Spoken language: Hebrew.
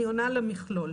אני עונה על המכלול.